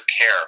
care